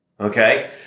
Okay